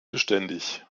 beständig